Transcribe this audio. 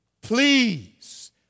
Please